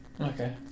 Okay